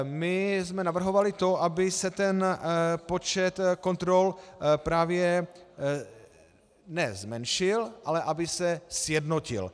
My jsme navrhovali to, aby se ten počet kontrol právě ne zmenšil, ale aby se sjednotil.